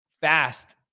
fast